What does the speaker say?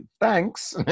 thanks